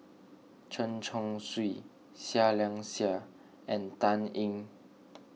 Chen Chong Swee Seah Liang Seah and Dan Ying